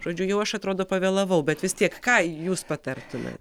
žodžiu jau aš atrodo pavėlavau bet vis tiek ką jūs patartumėt